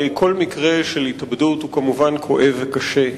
כל מקרה של התאבדות הוא כמובן כואב וקשה,